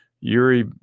Yuri